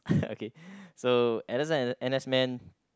okay so N_S and N_S man